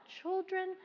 children